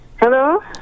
Hello